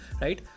right